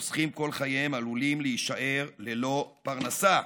החוסכים כל חייהם עלולים להישאר ללא פרנסה.